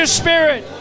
spirit